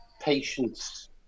patience